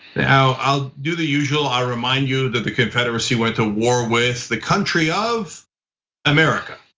now, i'll do the usual i remind you that the confederacy went to war with the country of america.